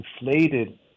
inflated